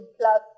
plus